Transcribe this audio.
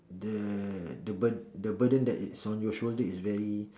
that the burd~ the burden that is on your shoulders is very